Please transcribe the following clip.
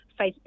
Facebook